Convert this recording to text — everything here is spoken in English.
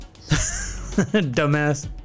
Dumbass